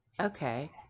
Okay